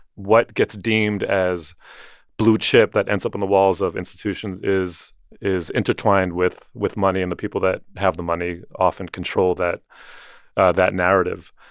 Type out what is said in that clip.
what gets deemed as blue chip that ends up on the walls of institutions is is intertwined with money, money, and the people that have the money often control that that narrative.